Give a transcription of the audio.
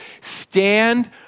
stand